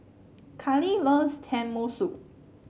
Kali loves Tenmusu